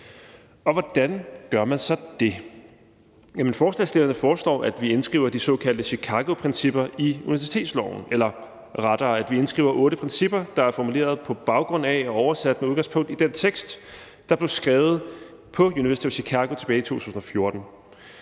Hvordan gør man så det? Forslagsstillerne foreslår, at vi indskriver de såkaldte Chicagoprincipper i universitetsloven, eller rettere, at vi indskriver otte principper, der er formuleret på baggrund af og oversat med udgangspunkt i den tekst, der blev skrevet på University of Chicago tilbage i 2014.